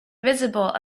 visible